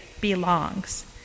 belongs